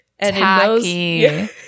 Tacky